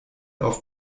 auf